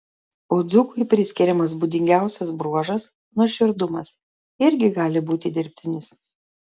o dzūkui priskiriamas būdingiausias bruožas nuoširdumas irgi gali būti dirbtinis